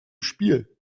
spiel